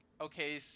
okay